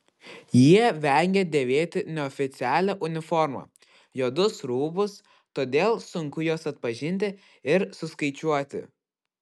jie vengia dėvėti neoficialią uniformą juodus rūbus todėl sunku juos atpažinti ir suskaičiuoti